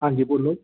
ਹਾਂਜੀ ਬੋਲੋ